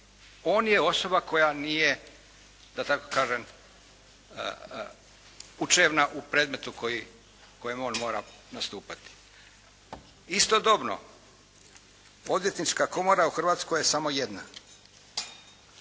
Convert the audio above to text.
On je osoba koja nije da tako kažem, učevna u predmetu u kojem on mora nastupati. Istodobno Odvjetnička komora u Hrvatskoj je samo jedna